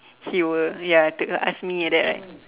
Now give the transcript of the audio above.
he will ya to ask me like that right